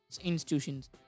institutions